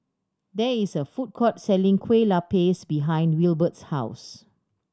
there is a food court selling Kueh Lapis behind Wilbert's house